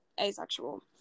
asexual